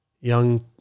young